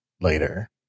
later